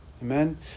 Amen